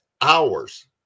hours